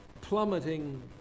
plummeting